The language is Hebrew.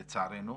לצערנו.